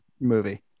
movie